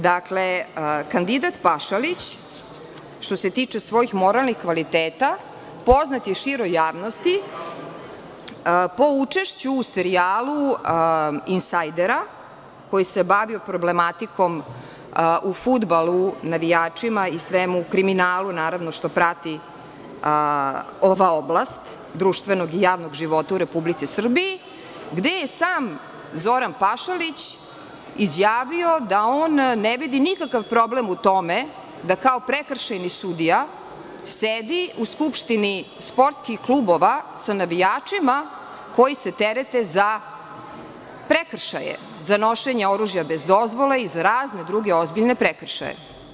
Dakle, kandidat Pašalić, što se tiče svojih moralnih kvaliteta poznat je široj javnosti po učešću u serijalu „Insajdera“ koji se bavio problematiku u fudbalu, navijačima, kriminalu naravno, što prati ova oblast društvenog i javnog života u Republici Srbiji, gde je sam Zoran Pašalić izjavio da on ne vidi nikakav problem u tome da kao prekršajni sudija sedi u skupštini sportskih klubova sa navijačima koji se terete za prekršaje za nošenje oružja bez dozvole i za razne druge ozbiljne prekršaje.